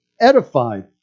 edified